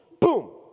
Boom